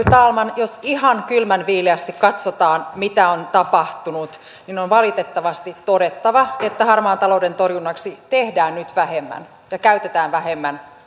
talman jos ihan kylmän viileästi katsotaan mitä on tapahtunut niin on valitettavasti todettava että harmaan talouden torjumiseksi tehdään nyt vähemmän ja käytetään vähemmän